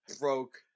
broke